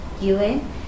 UN